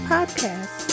Podcast